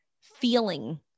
feeling